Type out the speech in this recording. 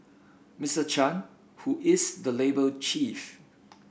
Mister Chan who is the labour chief